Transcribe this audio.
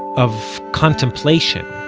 of contemplation.